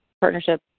partnership